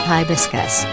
hibiscus